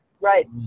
Right